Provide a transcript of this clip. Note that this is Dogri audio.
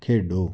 खेढो